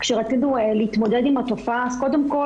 כשרצינו להתמודד עם התופעה אז קודם כל